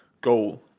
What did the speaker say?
goal